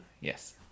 Yes